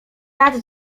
lat